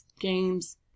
games